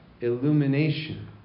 illumination